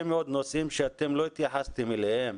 מאוד נושאים שאתם לא התייחסתם אליהם